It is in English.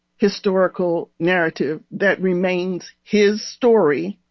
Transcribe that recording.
historical narrative that remains his story.